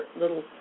little